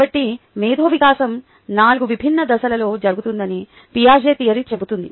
కాబట్టి మేధో వికాసం 4 విభిన్న దశలలో జరుగుతుందని పియాజెట్ థియరీ చెబుతోంది